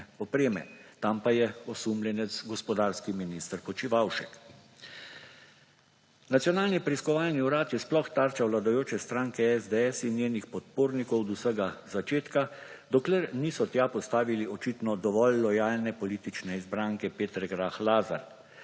opreme, tam pa je osumljenec gospodarski minister Počivalšek. Nacionalni preiskovalni urad je sploh tarča vladajoče stranke SDS in njenih podpornikov od vsega začetka, dokler niso tja postavili očitno dovolj lojalne politične izbranke Petre Grah Lazar.